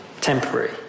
temporary